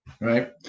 Right